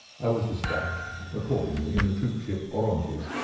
i was dispatched, accordingly, in the troopship orontes,